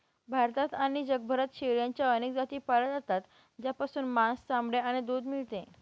भारतात आणि जगभरात शेळ्यांच्या अनेक जाती पाळल्या जातात, ज्यापासून मांस, चामडे आणि दूध मिळते